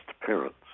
parents